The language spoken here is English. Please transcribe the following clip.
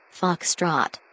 foxtrot